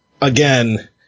again